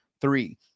three